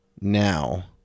now